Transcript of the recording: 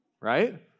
right